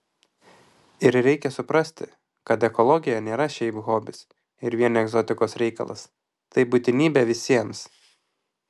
ir reikia suprasti kad ekologija nėra šiaip hobis ir vien egzotikos reikalas tai būtinybė visiems